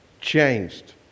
changed